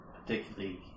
Particularly